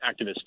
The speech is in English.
activists